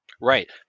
Right